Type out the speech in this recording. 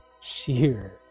sheer